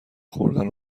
خوردن